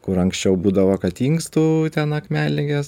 kur anksčiau būdavo kad inkstų ten akmenligės